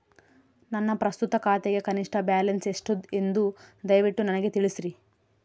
ನನ್ನ ಪ್ರಸ್ತುತ ಖಾತೆಗೆ ಕನಿಷ್ಠ ಬ್ಯಾಲೆನ್ಸ್ ಎಷ್ಟು ಎಂದು ದಯವಿಟ್ಟು ನನಗೆ ತಿಳಿಸ್ರಿ